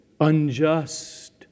unjust